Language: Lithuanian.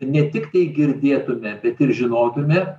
ne tiktai girdėtume bet ir žinotume